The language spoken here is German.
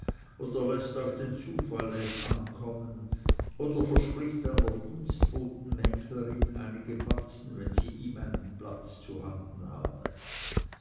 oder läßt auf den zufall es ankommen oder verspricht einer dienstbotenmäklerin einige batzen wenn sie ihm einen platz zuhanden habe